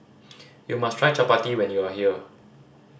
you must try chappati when you are here